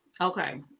okay